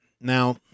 Now